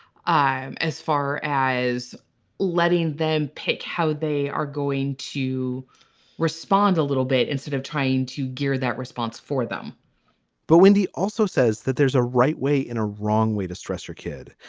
i'm as far as letting them pick how they are going to respond a little bit instead of trying to gear that response for them but wendy also says that there's a right way and a wrong way to stress your kid.